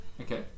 okay